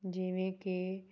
ਜਿਵੇਂ ਕਿ